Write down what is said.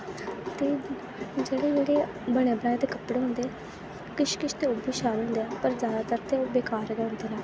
ते जेह्ड़े जेह्ड़े बने बनाए दे कपड़े होदे किश किश ते ओह् बी शैल होंदे पर जैदातर ते बेकार गै होंदे न